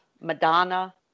Madonna